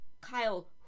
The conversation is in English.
Kyle